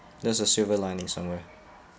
there's a silver lining somewhere